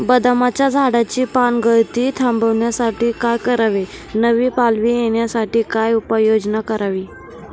बदामाच्या झाडाची पानगळती थांबवण्यासाठी काय करावे? नवी पालवी येण्यासाठी काय उपाययोजना करावी?